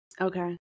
Okay